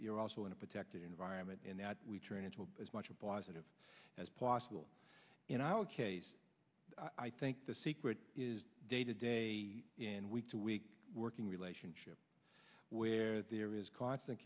you're also in a protected environment and that we turn into a as much a positive as possible in our case i think the secret is day to day and week to week working relationship where there is c